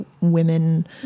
women